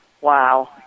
Wow